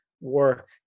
work